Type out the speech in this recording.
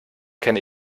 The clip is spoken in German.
kenne